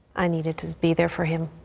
i needed to be there for him.